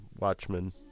Watchmen